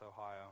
Ohio